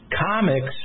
Comics